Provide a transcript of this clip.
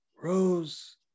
Rose